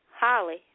Holly